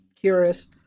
curious